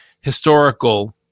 historical